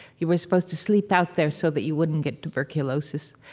you were supposed to sleep out there so that you wouldn't get tuberculosis.